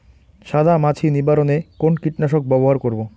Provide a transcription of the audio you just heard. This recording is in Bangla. সাদা মাছি নিবারণ এ কোন কীটনাশক ব্যবহার করব?